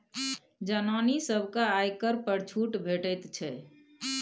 जनानी सभकेँ आयकर पर छूट भेटैत छै